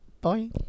Bye